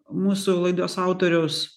mūsų laidos autoriaus